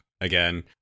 Again